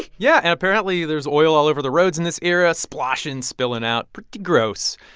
yeah. and apparently, there's oil all over the roads in this era sploshing, spilling out pretty gross.